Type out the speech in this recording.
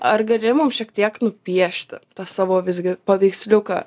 ar gali mums šiek tiek nupiešti tą savo visgi paveiksliuką